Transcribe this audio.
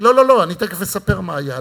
לא לא, אני תכף אספר מה היה.